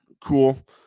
cool